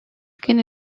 skin